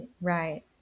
right